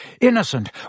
Innocent